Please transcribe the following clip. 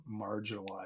marginalized